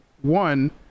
one